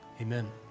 Amen